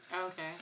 Okay